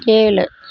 ஏழு